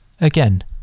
Again